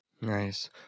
Nice